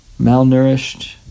malnourished